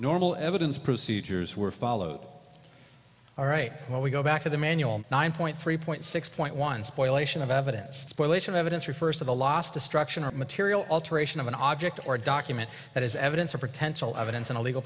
normal evidence procedures were followed all right well we go back to the manual nine point three point six point one spoil ation of evidence spoilage of evidence refers to the last destruction of material alteration of an object or document that is evidence or potential evidence in a legal